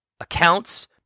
accounts